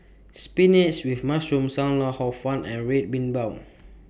Spinach with Mushroom SAM Lau Hor Fun and Red Bean Bao